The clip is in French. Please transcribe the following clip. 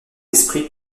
esprit